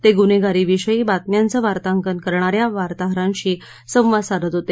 ते गुन्हेगारीविषयी बातम्यांचं वार्तांकन करणार्या वार्ताहरांशी संवाद साधत होते